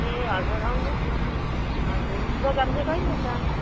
ए हजुर आउनुहोस् न हजुर प्रोग्राम चाहिँ कहिले छ